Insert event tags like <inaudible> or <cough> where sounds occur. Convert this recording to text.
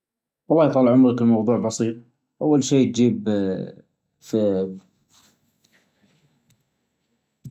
بسبب عاصفة قوية. طارت بعيد عن الطريج المعتاد، <hesitation> وما جدرت تلجى مكانها <hesitation> لكن الأم الطير ما استسلمت، وبدأت تبحث عن مكان آمن مع أولادها <hesitation> بعد أيام من الطيران، وصلوا لحديقة جميلة مليانة بالأشجار، ولجوا فيها أمانهم واستراحوا.